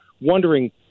wondering –